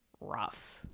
rough